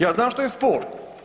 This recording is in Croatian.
Ja znam što je spol.